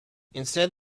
instead